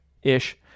ish